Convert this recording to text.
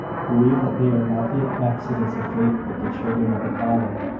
believe that they are not the accidents of fate, but the children of a father.